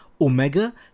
Omega